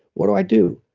what do i do?